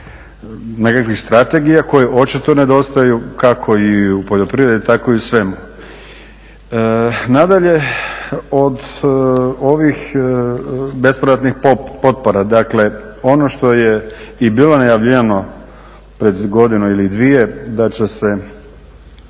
nekakvih strategija koje očito nedostaju kako i u poljoprivredi tako i u svemu. Nadalje, od ovih bespovratnih potpora, dakle ono što je i bilo najavljivano pred godinu ili dvije da će se